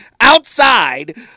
outside